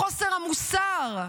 לחוסר המוסר,